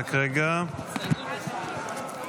ההצבעה תהיה אלקטרונית.